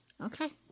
Okay